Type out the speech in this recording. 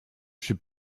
przy